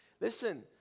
Listen